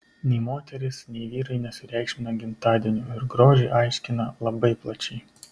nei moterys nei vyrai nesureikšmina gimtadienių ir grožį aiškina labai plačiai